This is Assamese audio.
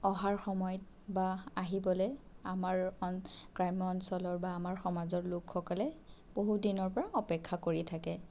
অহাৰ সময়ত বা আহিবলে আমাৰ অন গ্ৰাম্য অঞ্চলৰ বা আমাৰ সমাজৰ লোকসকলে বহুত দিনৰ পৰা অপেক্ষা কৰি থাকে